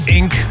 Inc